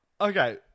Okay